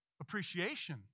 appreciation